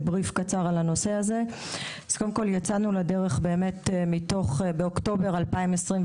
יצאנו לדרך באוקטובר 2021,